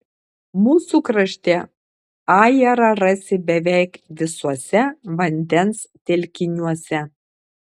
mūsų krašte ajerą rasi beveik visuose vandens telkiniuose